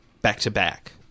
back-to-back